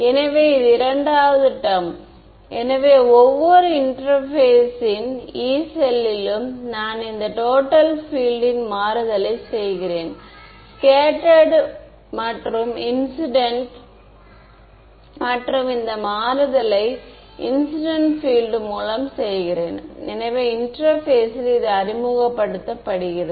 எனவே இது இரண்டாவது டெர்ம் எனவே ஒவ்வொரு இன்டெர்பேஸின் யீ செல்லிலும் நான் இந்த டோட்டல் பீல்ட் ன் மாறுதலை செய்கிறேன் ஸ்கேட்டர்டு மற்றும் இன்சிடென்ட் மற்றும் இந்த மாறுதலை இன்சிடென்ட் பீல்ட் மூலம் செய்கிறேன் எனவே இன்டெர்பேஸில் இது அறிமுகப்படுத்தப்படுகிறது